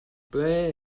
ble